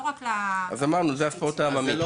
אז אמרנו, זה ׳הספורט העממי׳.